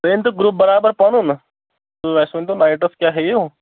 بیٚیہِ أنۍ تو گرُپ بَرابَر پَنُن تہٕ اَسہِ ؤنۍ تو نایٹَس کیٛاہ ہیٚیِو